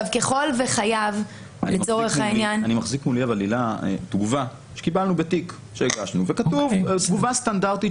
אני מחזיק מולי תגובה שקיבלנו בתיק שהגשנו וכתובה תגובה סטנדרטית